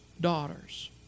daughters